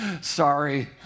Sorry